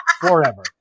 forever